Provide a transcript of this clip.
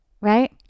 right